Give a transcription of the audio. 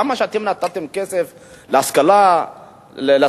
כמה כסף אתם נתתם להשכלה גבוהה,